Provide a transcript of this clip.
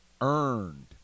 earned